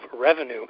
revenue